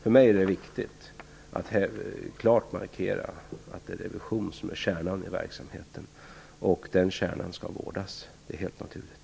För mig är det viktigt att klart markera att det är revisionen som är kärnan i verksamheten och att den kärnan skall vårdas. Det är helt naturligt.